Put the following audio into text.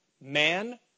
man